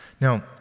Now